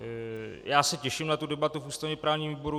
Já se těším na debatu v ústavněprávním výboru.